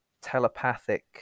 telepathic